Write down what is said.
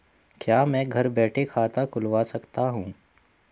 क्या मैं घर बैठे खाता खुलवा सकता हूँ?